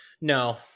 No